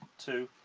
two